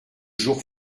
jour